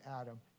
Adam